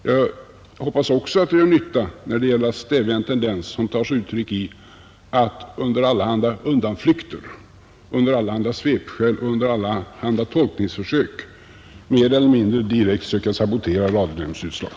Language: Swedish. Jag hoppas också att det gör nytta när det gäller att stävja en tendens som tar sig uttryck i att under allehanda undanflykter, under allehanda svepskäl och under allehanda tolkningsförsök mer eller mindre direkt söka sabotera radionämndsutslag.